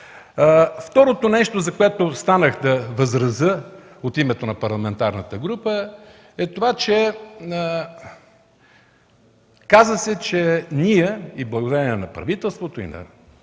Второто нещо, срещу което станах да възразя от името на парламентарната група. Каза се, че ние, благодарение и на правителството, и